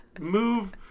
move